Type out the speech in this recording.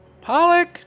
Pollock